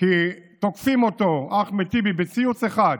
כי תוקפים אותו, אחמד טיבי בציוץ אחד,